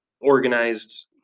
organized